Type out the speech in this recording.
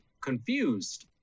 confused